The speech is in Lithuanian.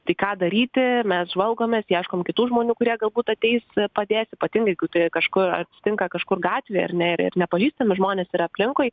tai ką daryti mes žvalgomės ieškom kitų žmonių kurie galbūt ateis padės ypatingai jeigu tai kažkur atsitinka kažkur gatvėje ar ne ir ir nepažįstami žmonės yra aplinkui